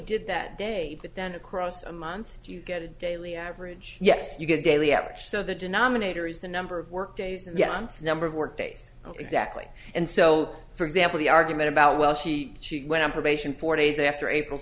did that day but then across a month if you get a daily average yes you get a daily average so the denominator is the number of work days and the number of work days exactly and so for example the argument about well she she went on probation four days after april